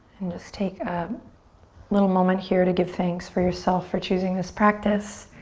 and just take a little moment here to give thanks for yourself for choosing this practice.